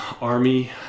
army